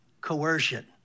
Coercion